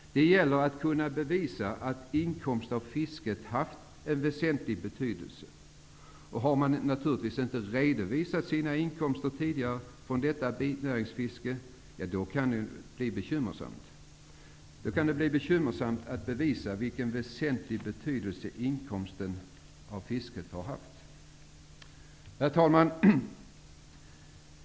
Det gäller att kunna bevisa att inkomst av fisket haft en väsentlig betydelse. Har man tidigare inte redovisat sina inkomster från detta binäringsfiske kan det bli bekymmersamt att bevisa vilken väsentlig betydelse inkomsten av fisket har haft. Herr talman!